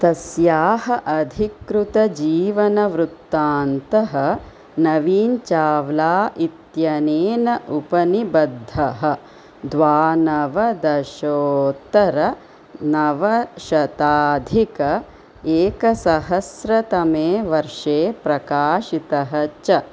तस्याः अधिकृतजीवनवृत्तान्तः नवीन् चाव्ला इत्यनेन उपनिबद्धः द्वानवदशोत्तरनवशताधिकएकसहस्रतमे वर्षे प्रकाशितः च